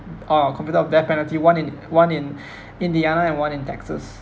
uh convicted of death penalty one in one in indiana and one in texas